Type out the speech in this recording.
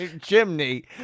chimney